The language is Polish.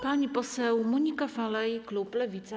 Pani poseł Monika Falej, klub Lewica.